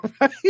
right